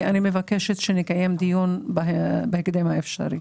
לכן אני מבקשת שנקיים דיון בהקדם האפשרי.